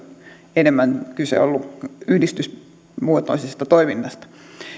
enemmän kyse ollut yhdistysmuotoisesta toiminnasta